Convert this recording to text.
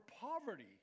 poverty